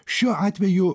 šiuo atveju